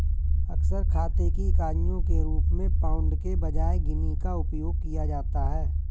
अक्सर खाते की इकाइयों के रूप में पाउंड के बजाय गिनी का उपयोग किया जाता है